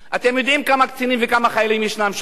אתם יודעים כמה קצינים וכמה חיילים יש שם.